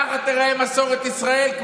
ככה תיראה מסורת ישראל?